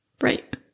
Right